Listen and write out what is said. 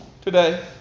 today